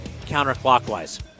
counterclockwise